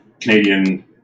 Canadian